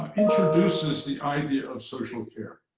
ah introduces the idea of social care.